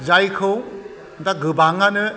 जायखौ दा गोबाङानो